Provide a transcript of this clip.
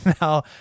Now